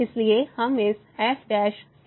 इसलिए हम इस f के अनुमान को जानते हैं